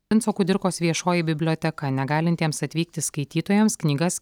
vinco kudirkos viešoji biblioteka negalintiems atvykti skaitytojams knygas